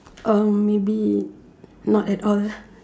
uh maybe not at all